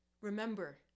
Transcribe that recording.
Remember